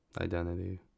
identity